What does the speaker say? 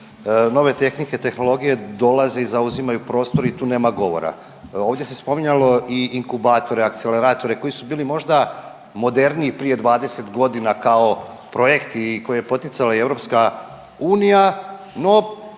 nove tehnike i tehnologije dolaze i zauzimaju prostor i tu nema govora. Ovdje se spominjalo i inkubatore i akceleratore koji su bili možda moderniji prije 20.g. kao projekti koje je poticala i EU, no